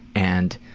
and